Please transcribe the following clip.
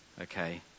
okay